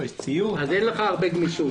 אין לך הרבה גמישות.